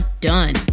done